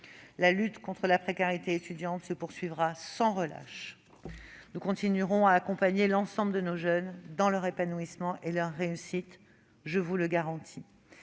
La lutte contre la précarité étudiante se poursuivra sans relâche. Nous continuerons à accompagner l'ensemble de nos jeunes dans leur épanouissement et leur réussite, je vous le garantis.